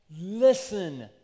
listen